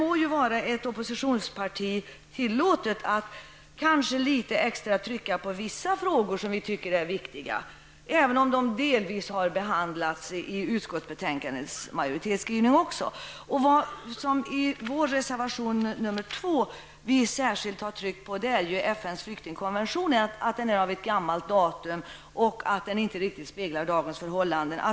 Det må vara ett oppositionsparti tillåtet att trycka litet extra på vissa frågor som man tycker är viktiga, även om de har behandlats i utskottsmajoritetens skrivning. I reservation 2 har vi särskilt tryckt på att FNs flyktingkonvention är av gammalt datum och därför inte riktigt speglar dagens förhållanden.